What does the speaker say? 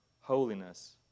holiness